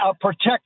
protect